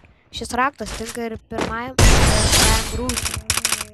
šis raktas tinka ir pirmajam ir antrajam rūsiui